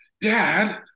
dad